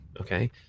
Okay